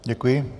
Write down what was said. Děkuji.